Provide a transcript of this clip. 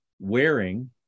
wearing